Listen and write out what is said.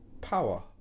power